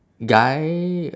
guy